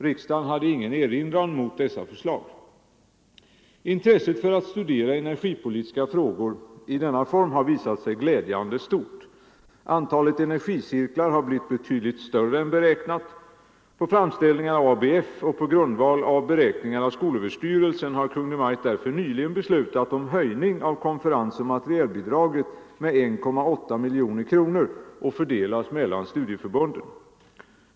Riksdagen hade ingen erinran mot dessa förslag. Intresset för att studera de energipolitiska frågorna i denna form har visat sig glädjande stort. Antalet energicirklar har blivit betydligt större än beräknat. På framställning av ABF och på grundval av beräkningar av skolöverstyrelsen har Kungl. Maj:t därför nyligen beslutat om höjning av konferensoch materialbidraget med 1,8 miljoner kronor att fördelas mellan studieförbunden.